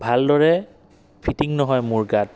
ভালদৰে ফিটিং নহয় মোৰ গাত